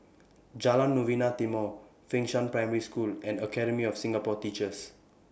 Jalan Novena Timor Fengshan Primary School and Academy of Singapore Teachers